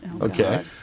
okay